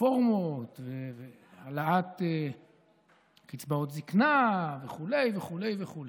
רפורמות והעלאת קצבאות זקנה וכו' וכו' וכו'.